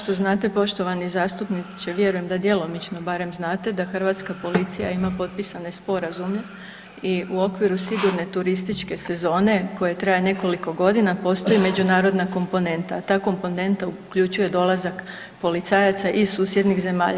Kao što znate poštovani zastupnici vjerujem da djelomično barem znate da Hrvatska policija ima potpisane sporazume i u okviru sigurne turističke sezone koja traje nekoliko godina postoji međunarodna komponenta, a ta komponenta uključuje dolazak policajaca iz susjednih zemalja.